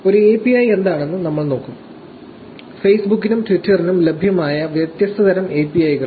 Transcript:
ഒരു API എന്താണെന്ന് നമ്മൾ നോക്കും ഫേസ്ബുക്കിനും ട്വിറ്ററിനും ലഭ്യമായ വ്യത്യസ്ത തരം API കൾ